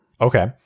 Okay